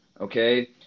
Okay